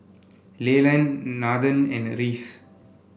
Leland Nathen and Reese